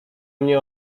mnie